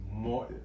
more